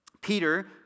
Peter